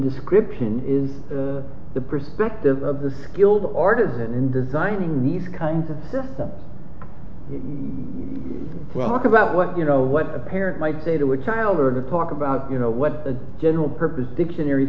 description is the perspective of the skilled artist in designing these kinds of whelk about what you know what a parent might say to a child or to talk about you know what the general purpose dictionary